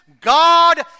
God